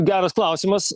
geras klausimas